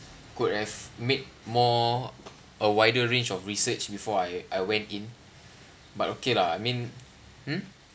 could have made more a wider range of research before I I went in but okay lah I mean hmm